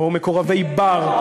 או "מקורבי בר",